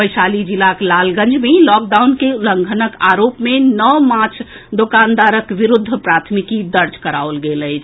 वैशाली जिलाक लालगंज मे लॉकडाउन के उल्लंघनक आरोप मे नओ माछ दोकानदारक विरूद्ध प्राथमिकी दर्ज कराओल गेल अछि